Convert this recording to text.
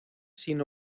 sin